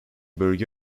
bölge